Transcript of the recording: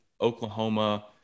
Oklahoma